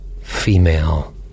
Female